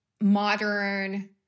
modern